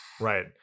right